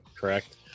correct